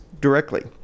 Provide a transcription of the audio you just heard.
directly